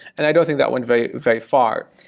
and i don't think that went very very far.